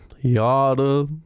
yada